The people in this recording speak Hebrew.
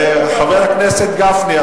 חבר הכנסת גפני,